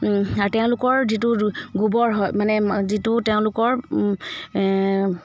আৰু তেওঁলোকৰ যিটো গোবৰ হয় মানে যিটো তেওঁলোকৰ